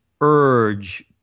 urge